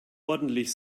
ordentlich